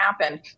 happen